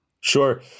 Sure